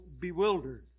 bewildered